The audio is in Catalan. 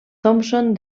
thompson